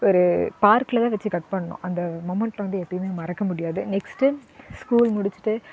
ஒரு பார்க்கில் தான் வெச்சு கட் பண்ணோம் அந்த மொமண்ட் வந்து எப்போயுமே மறக்க முடியாது நெக்ஸ்ட்டு ஸ்கூல் முடிச்சுட்டு